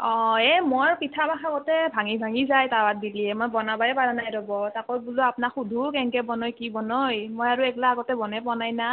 এ মই পিঠামখা গোটেই ভাঙি ভাঙি যায় তাৱাত দিলে মই বনাবই পৰা নাই ৰ'ব তাকে বোলো আপোনাক সোধো কেনকে বনাই কি বনাই নহয় মই আৰু এইগিলা আগতে বনাই পোৱা নাই না